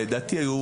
לדעתי היו